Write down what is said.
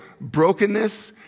brokenness